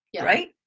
right